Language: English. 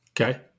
Okay